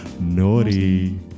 naughty